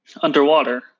underwater